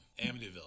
Amityville